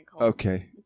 Okay